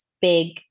big